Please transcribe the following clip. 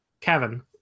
Kevin